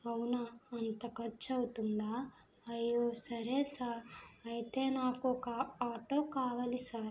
అవునా అంత ఖర్చవుతుందా అయ్యో సరే సార్ అయితే నాకొక ఆటో కావాలి సార్